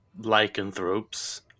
lycanthropes